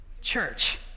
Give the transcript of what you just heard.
church